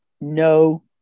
no